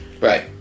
Right